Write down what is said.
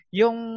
yung